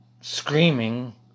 screaming